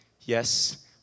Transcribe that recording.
yes